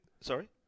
Sorry